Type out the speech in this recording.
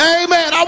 amen